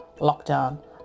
lockdown